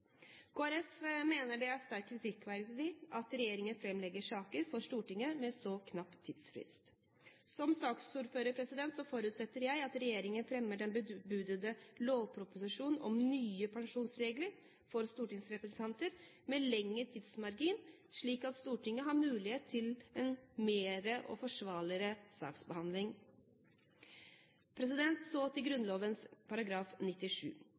Folkeparti mener det er sterkt kritikkverdig at regjeringen fremlegger saker for Stortinget med så knapp tidsfrist. Som saksordføreren forutsetter jeg at regjeringen fremmer den bebudede lovproposisjonen om nye pensjonsregler for stortingsrepresentanter med lengre tidsmarginer, slik at Stortinget har mulighet til en mer forsvarlig saksbehandling. Så til Grunnloven § 97.